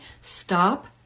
Stop